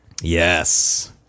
Yes